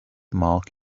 mark